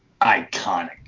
iconic